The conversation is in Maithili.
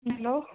हैलो